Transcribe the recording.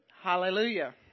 Hallelujah